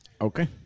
Okay